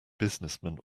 businessmen